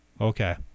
okay